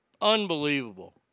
Unbelievable